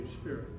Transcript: Spirit